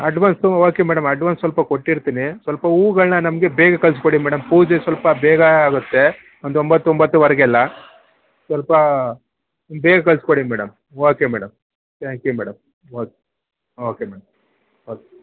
advance okay madam advance ಸ್ವಲ್ಪ ಕೊಟ್ಟಿರ್ತೀನಿ ಸ್ವಲ್ಪ ಹೂಗಳನ್ನ ನಮಗೆ ಬೇಗ ಕಳಿಸ್ಕೊಡಿ ಮೇಡಮ್ ಪೂಜೆ ಸ್ವಲ್ಪ ಬೇಗ ಆಗುತ್ತೆ ಒಂದು ಒಂಬತ್ತು ಒಂಬತ್ತೂವರೆಗೆಲ್ಲ ಸ್ವಲ್ಪ ಬೇಗ ಕಳಿಸ್ಕೊಡಿ madam okay madam thank you madam okay madam okay